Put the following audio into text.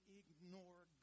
ignore